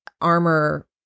armor